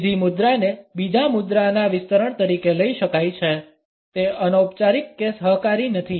ત્રીજી મુદ્રાને બીજા મુદ્રાના વિસ્તરણ તરીકે લઈ શકાય છે તે અનૌપચારિક કે સહકારી નથી